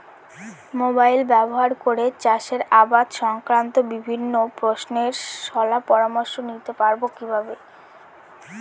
Mobile ব্যাবহার করে চাষের আবাদ সংক্রান্ত বিভিন্ন প্রশ্নের শলা পরামর্শ নিতে পারবো কিভাবে?